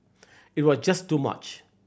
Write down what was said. it was just too much